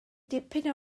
dipyn